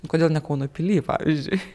kodėl ne kauno pily pavyzdžiui